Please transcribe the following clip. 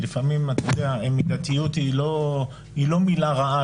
ולפעמים מידתיות היא לא מילה רעה